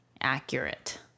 accurate